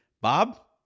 bob